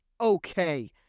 okay